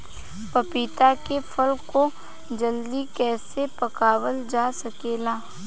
पपिता के फल को जल्दी कइसे पकावल जा सकेला?